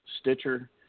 Stitcher